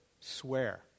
swear